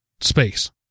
space